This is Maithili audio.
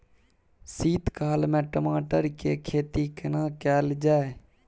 शीत काल में टमाटर के खेती केना कैल जाय?